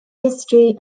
history